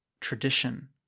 tradition